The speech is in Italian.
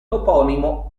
toponimo